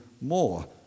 more